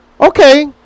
Okay